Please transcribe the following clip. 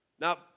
Now